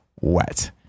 wet